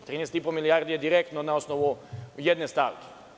13,5 milijardi je direktno na osnovu jedne stavke.